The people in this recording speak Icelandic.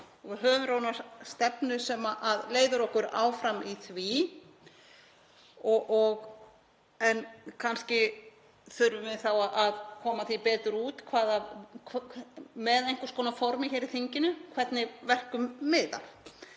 og höfum raunar stefnu sem leiðir okkur áfram í því. Kannski þurfum við þá að koma því betur út, með einhvers konar formi hér í þinginu, hvernig verkum miðar.